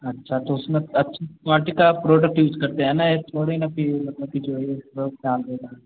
अच्छा तो उसमें अच्छी क्वालटी का आप प्रोडक्ट यूज करते हैं न ये थोड़ी न कि मतलब कि चोरी डाल दें दाल में